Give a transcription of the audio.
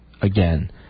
again